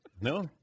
No